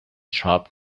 sharp